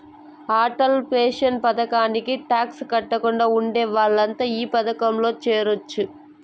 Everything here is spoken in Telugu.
అటల్ పెన్షన్ పథకానికి టాక్స్ కట్టకుండా ఉండే వాళ్లంతా ఈ పథకంలో చేరొచ్చు